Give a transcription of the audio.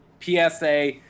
PSA